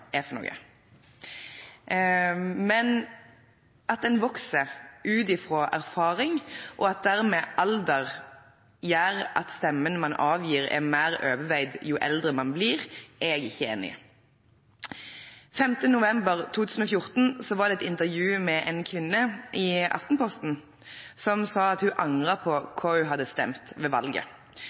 er. Men at en vokser ut fra erfaring, og at dermed alder gjør at stemmen man avgir, er mer overveid jo eldre man blir, er jeg ikke enig i. Den 5. november 2014 var det et intervju med en kvinne i Aftenposten, som sa at hun angret på hva hun hadde stemt ved valget.